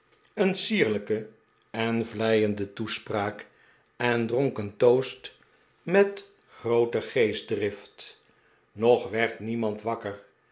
een sierlijke en vleiende toespraak en dronk een toast met groote geestdrift nog werd niemand wakker